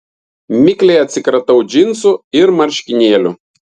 mikliai atsikratau džinsų ir marškinėlių